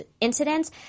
incidents